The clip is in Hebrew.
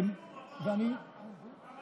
הוא לא אומר כלום.